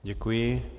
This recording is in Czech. Děkuji.